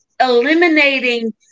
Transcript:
eliminating